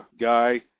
guy